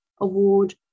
award